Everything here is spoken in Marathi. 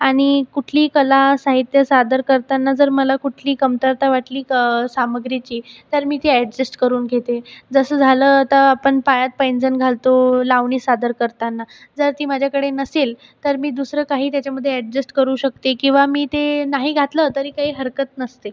आणि कुठली कला साहित्य सादर करताना जर मला कुठली कमतरता वाटली कं सामग्रीची तर मी ती ॲडजेस्ट करून घेते जसं झालं तर आपण पायात पैंजण घालतो लावणी सादर करताना जर ती माझ्याकडे नसेल तर मी दुसरं काही त्याच्यामधे ॲडजेस्ट करू शकते किंवा मी ते नाही घातलं तरी काही हरकत नसते